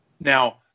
Now